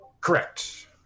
Correct